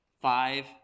Five